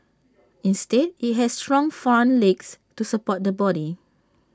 instead IT has strong front legs to support the body